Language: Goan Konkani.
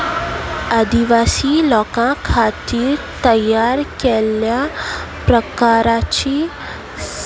आदिवासी लोकां खातीर तयार केल्ल्या प्रकाराची